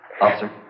Officer